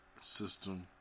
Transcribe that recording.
System